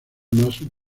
más